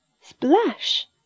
Splash